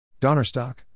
Donnerstock